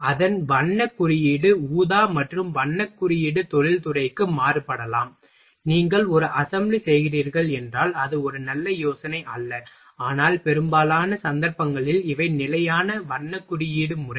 எனவே அதன் வண்ணக் குறியீடு ஊதா மற்றும் வண்ணக் குறியீடு தொழில்துறைக்கு மாறுபடலாம் நீங்கள் ஒரு அசெம்பிளி செய்கிறீர்கள் என்றால் அது ஒரு நல்ல ஆலோசனை அல்ல ஆனால் பெரும்பாலான சந்தர்ப்பங்களில் இவை நிலையான வண்ண குறியீட்டு முறை